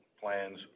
plans